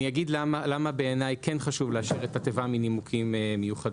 אני אגיד למה בעיניי כן חשוב להשאיר את התיבה "מנימוקים מיוחדים".